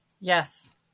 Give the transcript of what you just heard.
Yes